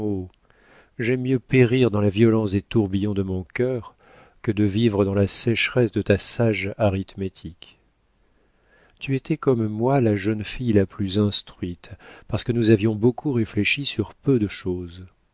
j'aime mieux périr dans la violence des tourbillons de mon cœur que de vivre dans la sécheresse de ta sage arithmétique tu étais comme moi la jeune fille la plus instruite parce que nous avions beaucoup réfléchi sur peu de choses